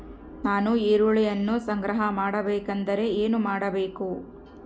ನಾನು ಈರುಳ್ಳಿಯನ್ನು ಸಂಗ್ರಹ ಮಾಡಬೇಕೆಂದರೆ ಏನು ಮಾಡಬೇಕು?